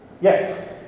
Yes